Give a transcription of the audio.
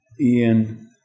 Ian